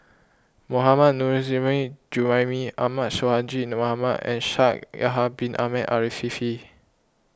Mohammad Nurrasyid Juraimi Ahmad Sonhadji Mohamad and Shaikh Yahya Bin Ahmed Afifi